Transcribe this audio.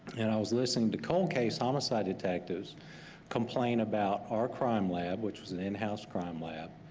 and i was listening to cold case homicide detectives complain about our crime lab, which was an in house crime lab,